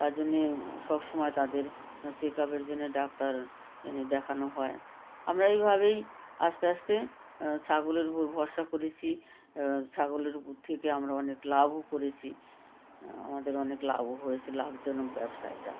তাই জন্য সব সময় তাদের চেক আপের জন্যে ডাক্তার এনে দেখানো হয় আমরা এইভাবেই আস্তে আস্তে ছাগলের উপর ভরসা করেছি ছাগলের উপর থেকে আমরা অনেক লাভও করেছি আমাদের অনেক লাভও হয়েছে লাভজনক ব্যবসা এটা